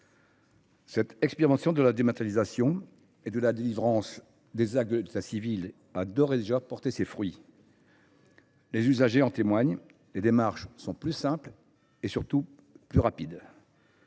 Cette expérimentation de la dématérialisation et de la délivrance des actes d’état civil a d’ores et déjà porté ses fruits. Les usagers en témoignent : les démarches sont plus simples et surtout plus rapides.